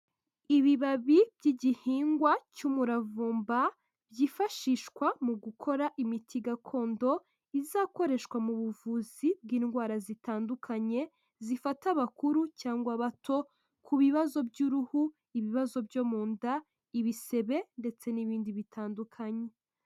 Ibibabi by'igihingwa cy'umuravumba byifashishwa mu gukora imiti gakondo izakoreshwa mu buvuzi bw'indwara zitandukanye zifata abakuru cyangwa abato ku bibazo by'uruhu, ibibazo byo mu nda, ibisebe ndetse n'ibindi bitandukanye.